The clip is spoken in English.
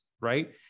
right